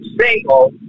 single